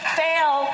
fail